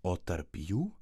o tarp jų